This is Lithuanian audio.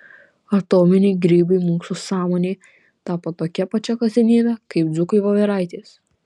atominiai grybai mūsų sąmonei tapo tokia pačia kasdienybe kaip dzūkui voveraitės